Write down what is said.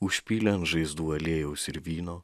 užpylė ant žaizdų aliejaus ir vyno